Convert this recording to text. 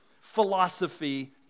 philosophy